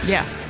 Yes